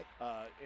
right